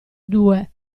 due